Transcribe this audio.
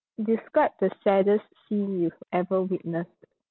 describe the saddest scene you've ever witnessed